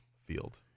field